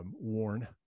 Worn